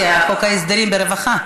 כי חוק ההסדרים ברווחה.